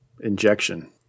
injection